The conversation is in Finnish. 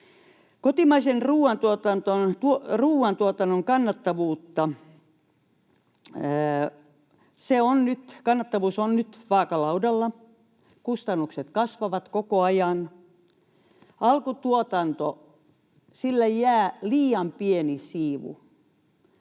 Kotimaisen ruoantuotannon kannattavuudesta: Se on nyt, kannattavuus, vaakalaudalla. Kustannukset kasvavat koko ajan. Alkutuotannolle jää liian pieni siivu.